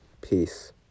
Peace